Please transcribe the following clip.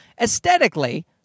aesthetically